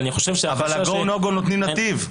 אני חושב --- אבל נתיב נותנים אותו.